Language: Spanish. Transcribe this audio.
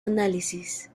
análisis